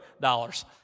dollars